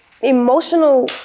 emotional